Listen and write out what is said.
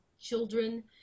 children